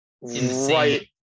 right